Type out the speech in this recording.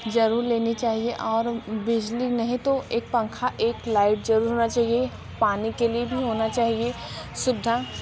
ज़रूर लेनी चाहिए और बिजली नहीं तो एक पंखा एक लाइट ज़रूर होना चाहिए पानी के लिए भी होना चाहिए सुविधा